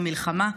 במלחמה,